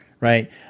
right